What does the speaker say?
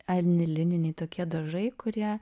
anilininiai tokie dažai kurie